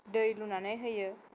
दै लुनानै होयो